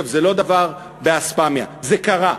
זה לא דבר באספמיה, זה קרה.